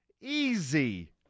Easy